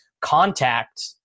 contact